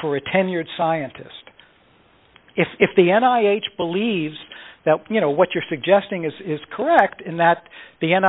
for a tenured scientist if the n i h believes that you know what you're suggesting is correct in that the and